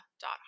dot